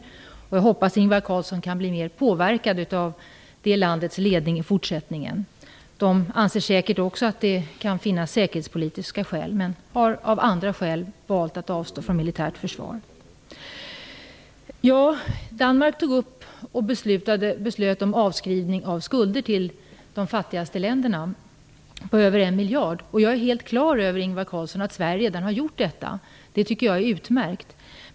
Jag hoppas att Ingvar Carlsson i fortsättningen kan bli mera påverkad av det landets ledning. De anser säkert också att det kan finnas säkerhetspolitiska skäl men har av andra orsaker valt att avstå från militärt försvar. Ja, Danmark tog upp frågan, och beslutade även, om avskrivning av skulder på över 1 miljard kronor till de fattigaste länderna. Jag är helt klar, Ingvar Carlsson, över att Sverige redan har gjort det. Jag tycker att det är utmärkt.